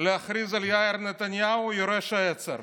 להכריז על יאיר נתניהו יורש העצר.